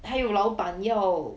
还有老板要